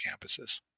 campuses